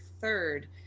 third